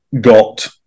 got